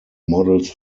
models